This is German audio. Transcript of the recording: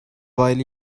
weil